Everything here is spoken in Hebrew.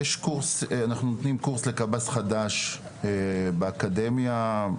אנחנו נותנים קורס לקב"ס חדש, באקדמיה,